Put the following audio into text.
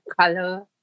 color